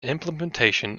implementation